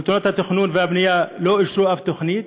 שלטונות התכנון והבנייה לא אישרו שום תוכנית,